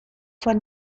von